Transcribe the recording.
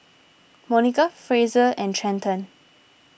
Monica Frazier and Trenton